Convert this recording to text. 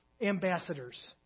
ambassadors